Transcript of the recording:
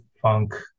funk